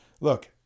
Look